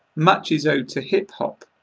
much is owed to hip-hop.